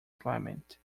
climate